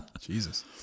Jesus